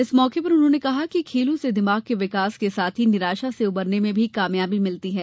इस मौके पर उन्होंने कहा कि खेलों से शहरी और दिमाग के विकास के साथ ही निराशा से उबरने में कामयाबी मिलती है